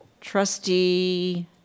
Trustee